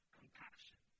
compassion